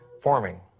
forming